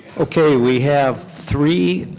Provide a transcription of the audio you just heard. okay. we have three